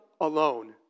alone